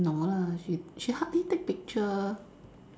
no lah she she hardly take picture